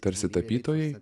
tarsi tapytojai